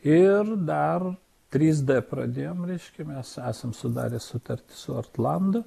ir dar trys d pradėjom reiškia mes esam sudarę sutartį su ortlandu